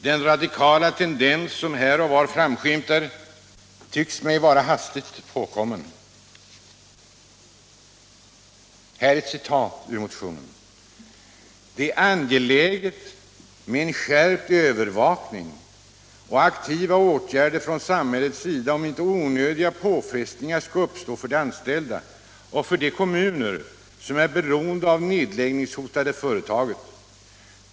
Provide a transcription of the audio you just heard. Den radikala tendens som här och var framskymtar tycks mig vara hastigt påkommen. Här ett citat ur motionen: ”Därför är det angeläget med en skärpt övervakning och aktiva åtgärder från samhällets sida om inte onödiga påfrestningar skall uppstå för de anställda och för de kommuner som är beroende av nedläggningshotade företag.